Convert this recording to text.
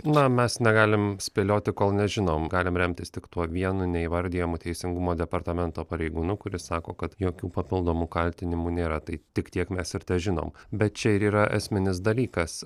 na mes negalim spėlioti kol nežinom galim remtis tik tuo vienu neįvardijamu teisingumo departamento pareigūnu kuris sako kad jokių papildomų kaltinimų nėra tai tik tiek mes ir težinom bet čia ir yra esminis dalykas